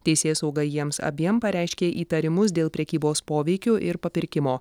teisėsauga jiems abiem pareiškė įtarimus dėl prekybos poveikiu ir papirkimo